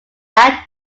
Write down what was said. are